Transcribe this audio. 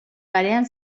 parean